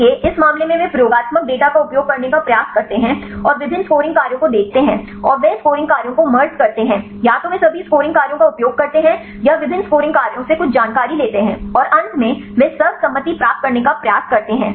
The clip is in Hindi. इसलिए इस मामले में वे प्रयोगात्मक डेटा का उपयोग करने का प्रयास करते हैं और विभिन्न स्कोरिंग कार्यों को देखते हैं और वे स्कोरिंग कार्यों को मर्ज करते हैं या तो वे सभी स्कोरिंग कार्यों का उपयोग करते हैं या विभिन्न स्कोरिंग कार्यों से कुछ जानकारी लेते हैं और अंत में वे सर्वसम्मति प्राप्त करने का प्रयास करते हैं